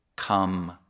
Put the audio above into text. Come